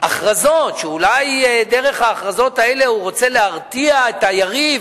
הכרזות שאולי דרך ההכרזות האלה הוא רוצה להרתיע את היריב,